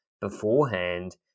beforehand